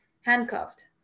handcuffed